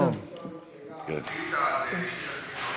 התקנון החדש לא מאפשר לי לשאול,